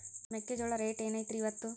ಮೆಕ್ಕಿಜೋಳ ರೇಟ್ ಏನ್ ಐತ್ರೇ ಇಪ್ಪತ್ತು?